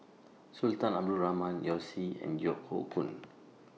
Sultan Abdul Rahman Yao Zi and Yeo Hoe Koon